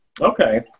Okay